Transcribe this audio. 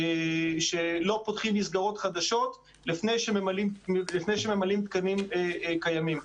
שלא פותחים מסגרות חדשות לפני שממלאים תקנים קיימים.